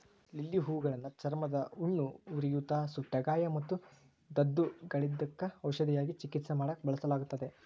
lily ಹೂಗಳನ್ನ ಚರ್ಮದ ಹುಣ್ಣು, ಉರಿಯೂತ, ಸುಟ್ಟಗಾಯ ಮತ್ತು ದದ್ದುಗಳಿದ್ದಕ್ಕ ಔಷಧವಾಗಿ ಚಿಕಿತ್ಸೆ ಮಾಡಾಕ ಬಳಸಲಾಗುತ್ತದೆ